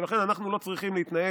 לכן אנחנו לא צריכים להתנהג